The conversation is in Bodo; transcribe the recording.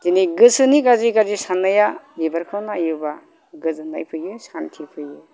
दिनै गोसोनि गाज्रि गाज्रि साननाया बिबारखौ नायोबा गोजोननाय फैयो सानथि फैयो